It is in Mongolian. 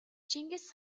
чингис